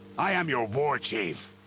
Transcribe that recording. i am your warchief!